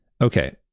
Okay